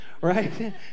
Right